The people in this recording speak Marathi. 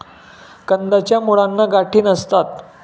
कंदाच्या मुळांना गाठी नसतात